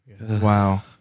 Wow